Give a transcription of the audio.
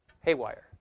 haywire